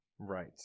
right